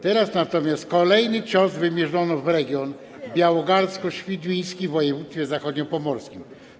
Teraz natomiast kolejny cios wymierzono w region białogardzko-świdwiński w województwie zachodniopomorskim.